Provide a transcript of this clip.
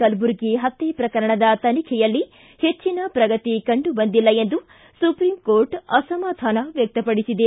ಕಲಬುರ್ಗಿ ಪತ್ತ ಪ್ರಕರಣದ ತನಿಖೆಯಲ್ಲಿ ಪೆಜ್ಜಿನ ಪ್ರಗತಿ ಕಂಡು ಬಂದಿಲ್ಲ ಎಂದು ಸುಪ್ರೀಂ ಕೋರ್ಟ್ ಅಸಮಾಧಾನ ವ್ಯಕ್ತಪಡಿಸಿದೆ